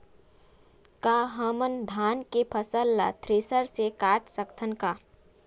का हमन धान के फसल ला थ्रेसर से काट सकथन का?